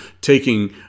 taking